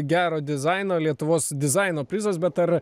gero dizaino lietuvos dizaino prizas bet ar